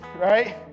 right